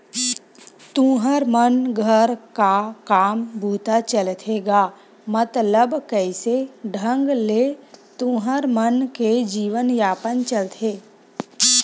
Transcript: तुँहर मन घर का काम बूता चलथे गा मतलब कइसे ढंग ले तुँहर मन के जीवन यापन चलथे?